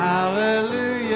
Hallelujah